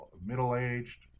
middle-aged